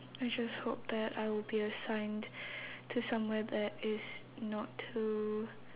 I just hope that I will be assigned to somewhere that is not too